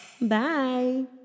Bye